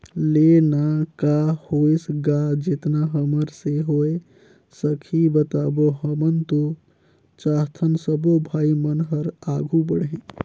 ले ना का होइस गा जेतना हमर से होय सकही बताबो हमन तो चाहथन सबो भाई मन हर आघू बढ़े